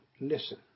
Listen